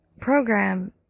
program